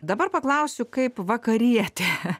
dabar paklausiu kaip vakarietė